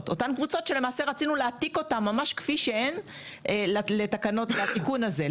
שלמעשה רצינו להעתיק אותן ממש כפי שהן לתיקון הזה,